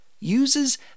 uses